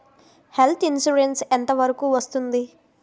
Health insurance ఎంత వరకు వస్తుంది?